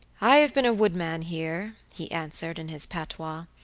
i have been a woodman here, he answered in his patois,